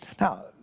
Now